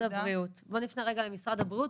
בואו נפנה רגע למשרד הבריאות,